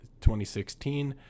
2016